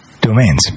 domains